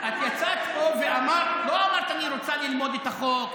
את יצאת פה ולא אמרת: אני רוצה ללמוד את החוק,